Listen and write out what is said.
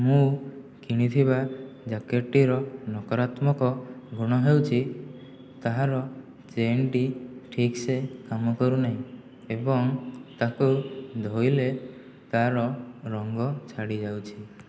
ମୁଁ କିଣିଥିବା ଜ୍ୟାକେଟ୍ଟିର ନକରାତ୍ମକ ଗୁଣ ହେଉଛି ତାହାର ଚେନ୍ଟି ଠିକ୍ସେ କାମ କରୁନାହିଁ ଏବଂ ତାକୁ ଧୋଇଲେ ତା'ର ରଙ୍ଗ ଛାଡ଼ିଯାଉଛି